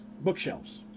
bookshelves